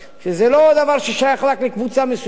שזה לא דבר ששייך רק לקבוצה מסוימת.